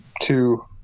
two